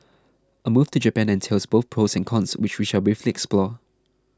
a move to Japan entails both pros and cons which we shall briefly explore